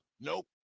Nope